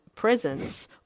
presence